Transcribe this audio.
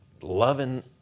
loving